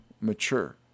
mature